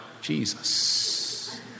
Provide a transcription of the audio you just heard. Jesus